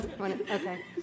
Okay